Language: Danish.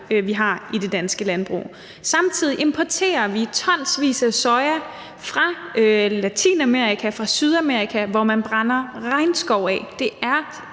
vi har i det danske landbrug. Samtidig importerer vi tonsvis af soja fra Latinamerika, fra Sydamerika, hvor man brænder regnskov af.